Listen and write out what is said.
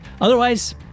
Otherwise